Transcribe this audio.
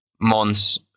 months